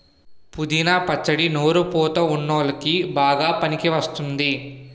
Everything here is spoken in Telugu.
పుదీనా పచ్చడి నోరు పుతా వున్ల్లోకి బాగా పనికివస్తుంది